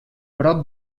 prop